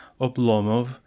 Oblomov